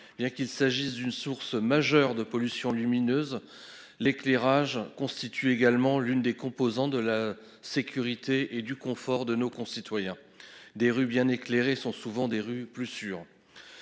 bien qu'il s'agisse d'une source majeure de pollution lumineuse, l'éclairage constitue également l'une des composantes de la sécurité et du confort de nos concitoyens des rues bien éclairés, sont souvent des rues plus sûres.